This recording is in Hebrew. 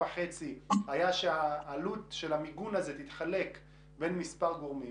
הייתה שהעלות של המיגון הזה תתחלק בין מספר גורמים.